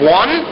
one